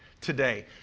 today